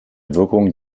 wirkung